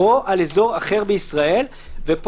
או על אזור אחר בישראל" -- פה